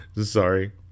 sorry